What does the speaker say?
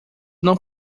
não